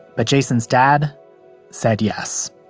but jason's dad said yes